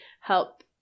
help